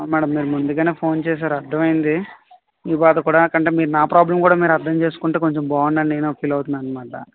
madam మీరు ముందుగానే phone చేశారు అర్థమైంది మీ బాధ కూడా నాకంటే కూడా నా ప్రాబ్లమ్ కూడా మీరు అర్థం చేసుకుంటే కొంచెం బాగుండని నేను ఫీల్ అవుతున్న అనమాట